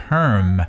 Term